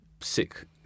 sick